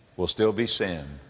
will still be sin,